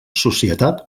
societat